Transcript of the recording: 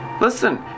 Listen